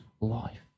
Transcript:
life